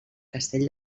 castell